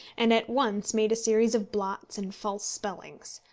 and at once made a series of blots and false spellings.